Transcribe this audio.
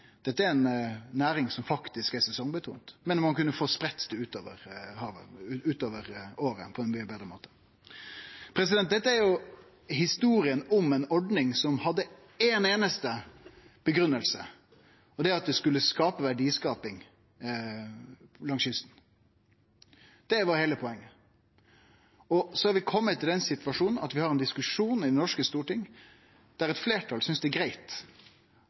Dette er ei næring som faktisk er sesongprega, men ein kunne få spreidd det ut over året på ein mykje betre måte. Dette er historia om ei ordning som hadde éi einaste grunngiving, og det er at det skulle bli verdiskaping langs kysten. Det var heile poenget. Så har vi kome i den situasjonen at vi har ein diskusjon i det norske storting der eit fleirtal synest det